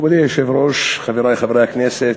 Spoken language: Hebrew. מכובדי היושב-ראש, חברי חברי הכנסת,